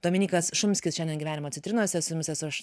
dominykas šumskis šiandien gyvenimo citrinose su jumis esu aš